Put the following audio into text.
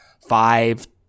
five